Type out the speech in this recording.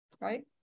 right